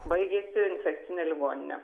baigė infekcine ligonine